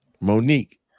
Monique